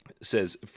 says